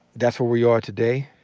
that's where we are today.